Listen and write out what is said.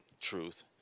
truth